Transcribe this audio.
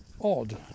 odd